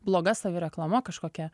bloga savireklama kažkokia